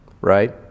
right